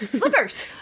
Slippers